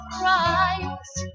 Christ